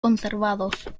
conservados